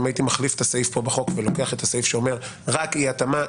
אם הייתי מחליף את הסעיף כאן בחוק ולוקח את הסעיף שאומר רק אי התאמה,